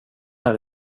här